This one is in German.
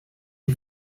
die